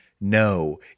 No